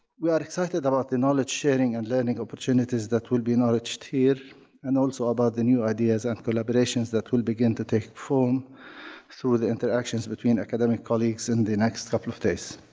we are excited about the knowledge-sharing and learning opportunities that will be nourished here and also about the new ideas and collaborations that will begin to take form through the interactions between academic colleagues in the next couple of days.